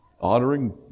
honoring